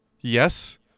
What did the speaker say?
Yes